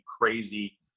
crazy